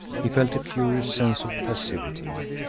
he felt a curious sense of passivity.